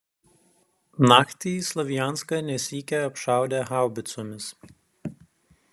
naktį slavianską ne sykį apšaudė haubicomis